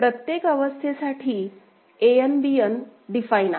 प्रत्येक अवस्थेसाठी An Bn define आहे